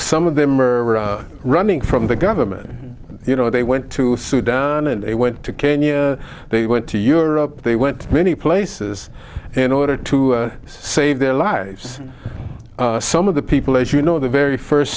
some of them are running from the government you know they went to sudan and they went to kenya they went to europe they went to many places in order to save their lives some of the people as you know the very first